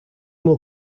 will